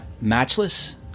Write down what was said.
Matchless